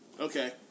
Okay